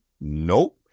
Nope